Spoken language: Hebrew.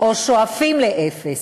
או שואפים לאפס,